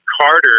Carter